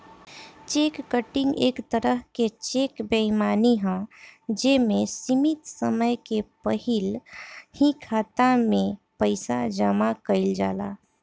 check cutting एक तरह के चेक बेईमानी ह जे में सीमित समय के पहिल ही खाता में पइसा जामा कइल जाला